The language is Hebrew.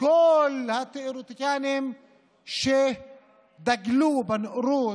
כל התיאורטיקנים שדגלו בנאורות,